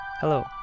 Hello